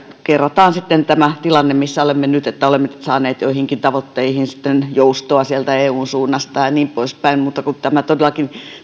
kerrataan sitten tämä tilanne missä olemme nyt että olemme saaneet joihinkin tavoitteisiin joustoa sieltä eun suunnasta ja niin poispäin mutta kun todellakin